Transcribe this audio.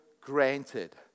granted